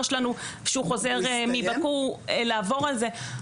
שלנו כשהוא חוזר מבאקו לעבור על זה.